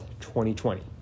2020